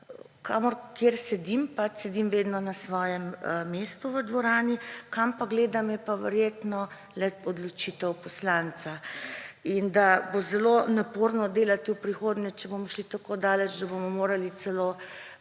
kjer sedim, pač sedim vedno na svojem mestu v dvorani, kam pa gledam, je pa verjetno le odločitev poslanca. In da bo zelo naporno delati v prihodnje, če bomo šli tako daleč, da bomo morali celo,